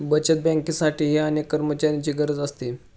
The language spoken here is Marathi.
बचत बँकेसाठीही अनेक कर्मचाऱ्यांची गरज असते